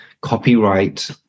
copyright